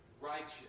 righteous